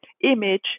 image